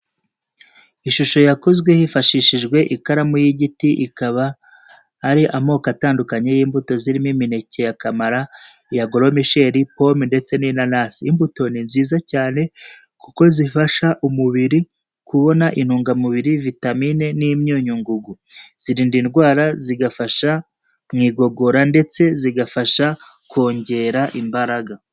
Ishusho yakozwe hifashishijwe ikaramu y'igiti ikaba ari amoko atandukanye y'imbuto zirimo imineke ya kamara, iya goromisheri, pome ndetse n'inanasi. Imbuto ni nziza cyane kuko zifasha umubiri kubona intungamubiri, vitamine n'imyunyungugu. Zirinda indwara, zigafasha mu igogora ndetse zigafasha kongera imbaraga.